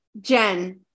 Jen